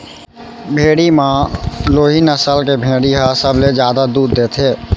भेड़ी म लोही नसल के भेड़ी ह सबले जादा दूद देथे